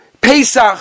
Pesach